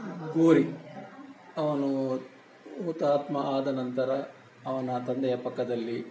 ಗೋರಿ ಅವನೂ ಹುತಾತ್ಮ ಆದ ನಂತರ ಅವನ ತಂದೆಯ ಪಕ್ಕದಲ್ಲಿ